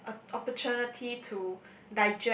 to have a opportunity to